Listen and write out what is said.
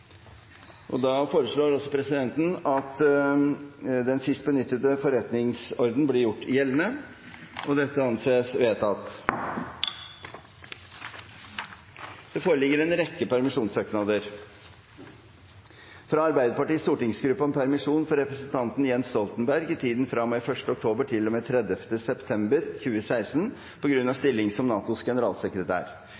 og Stein Erik Lauvås. Følgende representant var fraværende: Ingjerd Schou. Fra de øvrige fraværende representantene forelå det permisjonssøknader Fungerende president foreslår at den sist benyttede forretningsorden blir gjort gjeldende. – Det anses vedtatt. Det foreligger en rekke permisjonssøknader: – Fra Arbeiderpartiets stortingsgruppe om permisjon for representanten Jens Stoltenberg i tiden fra og med 1. oktober